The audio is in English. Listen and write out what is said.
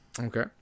Okay